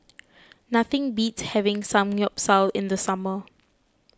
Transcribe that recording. nothing beats having Samgeyopsal in the summer